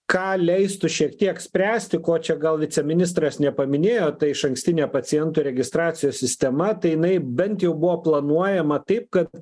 ką leistų šiek tiek spręsti ko čia gal viceministras nepaminėjo ta išankstinė pacientų registracijos sistema tai jinai bent jau buvo planuojama taip kad